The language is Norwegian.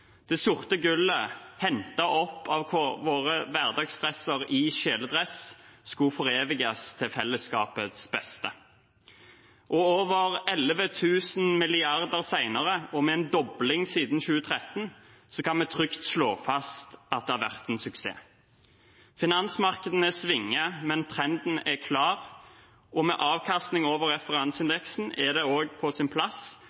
Det sorte gullet, hentet opp av våre hverdagshelter i kjeledress, skulle foreviges til fellesskapets beste. Over 11 000 milliarder senere – og med en dobling siden 2013 – kan vi trygt slå fast at det har vært en suksess. Finansmarkedene svinger, men trenden er klar, og med avkastning over referanseindeksen er det også på sin plass